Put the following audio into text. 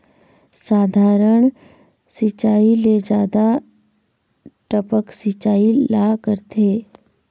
साधारण सिचायी ले जादा टपक सिचायी ला करथे